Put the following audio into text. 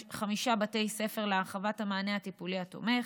בחמישה בתי הספר לשם הרחבת המענה הטיפולי התומך,